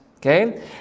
Okay